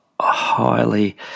highly